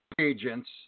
Agents